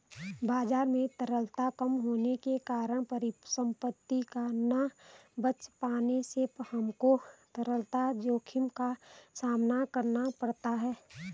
बाजार में तरलता कम होने के कारण परिसंपत्ति ना बेच पाने से हमको तरलता जोखिम का सामना करना पड़ता है